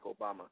Obama